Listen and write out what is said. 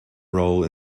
role